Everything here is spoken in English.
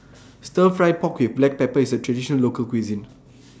Stir Fry Pork with Black Pepper IS A Traditional Local Cuisine